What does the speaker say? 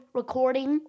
recording